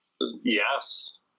Yes